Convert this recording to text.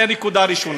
זו נקודה ראשונה.